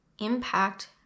impact